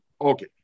Okay